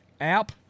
app